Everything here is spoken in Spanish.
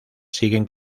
siguen